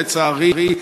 לצערי,